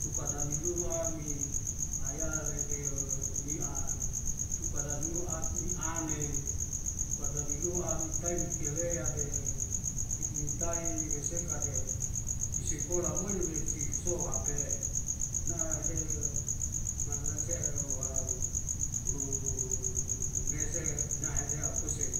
Tukadani lua mi ayale dew mi a tuka danlu admi'ane tuka dani lua a mitaimi kelea de sidni tai weseka de bisikola muin besik soa hape'e na de mana se'a uhau u nugu umnese nahadeuk kusep